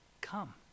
come